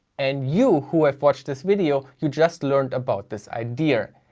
and you who ah watched this video, you just learned about this idea.